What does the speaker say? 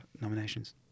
nominations